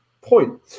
point